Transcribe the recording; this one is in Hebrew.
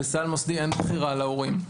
בסל מוסדי אין בחירה להורים.